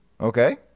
Okay